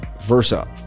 versa